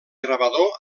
gravador